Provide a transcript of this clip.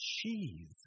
cheese